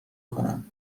کنم